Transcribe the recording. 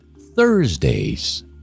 Thursdays